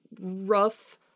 rough